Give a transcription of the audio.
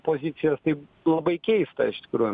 pozicijos tai labai keista iš tikrųjų